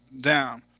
down